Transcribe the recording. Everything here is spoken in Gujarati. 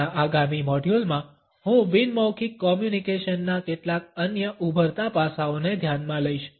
આપણા આગામી મોડ્યુલમાં હું બિન મૌખિક કોમ્યુનકેશનના કેટલાક અન્ય ઉભરતા પાસાઓને ધ્યાનમાં લઈશ